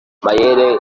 mayele